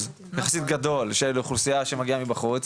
יחסית גדול של אוכלוסייה שמגיעה מבחוץ,